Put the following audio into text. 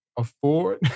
afford